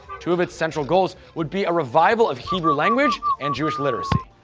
two of its central goals would be a revival of hebrew language and jewish literacy.